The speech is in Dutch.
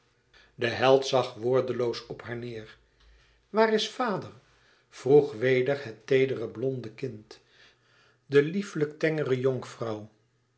de held zag woordenloos op haar neêr waar is vader vroeg weder het teedere blonde kind de lieflijk tengere jonkvrouw